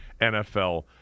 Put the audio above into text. NFL